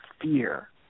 fear